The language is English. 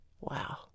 Wow